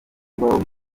kuba